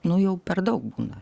nu jau per daug būna